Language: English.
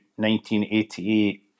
1988